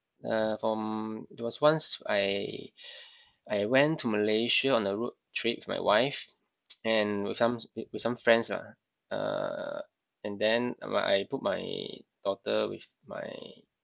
uh from there was once I I went to Malaysia on a road trip with my wife and with some with some friends lah uh and then but I put my daughter with my